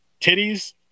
Titties